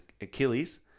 Achilles